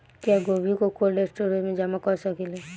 क्या गोभी को कोल्ड स्टोरेज में जमा कर सकिले?